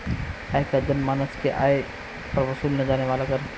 आयकर जनमानस के आय पर वसूले जाने वाला कर है